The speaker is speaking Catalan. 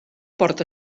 porta